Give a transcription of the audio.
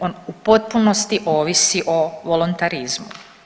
On u potpunosti ovisi o voluntarizmu.